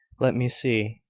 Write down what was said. let me see.